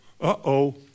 uh-oh